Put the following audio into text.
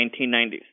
1990s